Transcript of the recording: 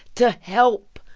to help.